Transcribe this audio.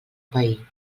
pair